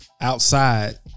outside